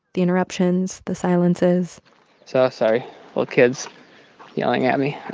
the interruptions, the silences so sorry little kids yelling at me